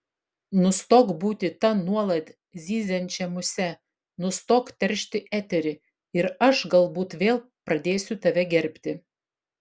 nustok būti ta nuolat zyziančia muse nustok teršti eterį ir aš galbūt vėl pradėsiu tave gerbti